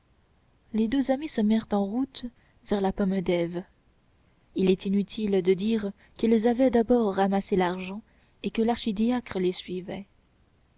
les deux amis se mirent en route vers la pomme d'ève il est inutile de dire qu'ils avaient d'abord ramassé l'argent et que l'archidiacre les suivait